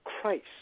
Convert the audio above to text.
Christ